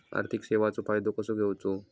आर्थिक सेवाचो फायदो कसो घेवचो?